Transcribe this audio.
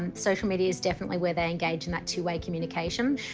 and social media is definitely where they engage in that two way communication.